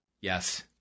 Yes